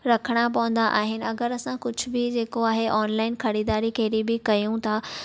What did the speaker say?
रखणा पवंदा आहिनि अगरि असां कुझु बि जेको आहे ऑनलाइन ख़रीदारी कहिड़ी बि कयूं था